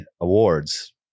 Awards